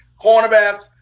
cornerbacks